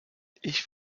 ich